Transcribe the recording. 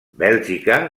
bèlgica